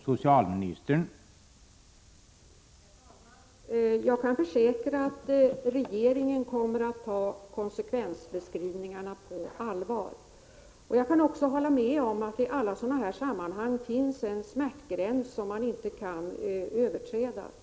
Herr talman! Jag kan försäkra att regeringen kommer att ta konsekvensbeskrivningarna på allvar. Jag kan också hålla med om att det i alla sådana här sammanhang finns en smärtgräns som inte kan överträdas. Prot.